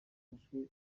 bifashwe